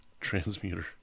transmuter